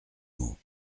mots